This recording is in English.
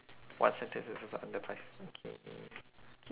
one sentence is also under five okay K